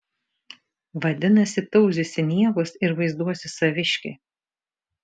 vadinasi tauzysi niekus ir vaizduosi saviškį